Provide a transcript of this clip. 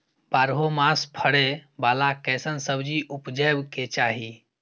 बारहो मास फरै बाला कैसन सब्जी उपजैब के चाही?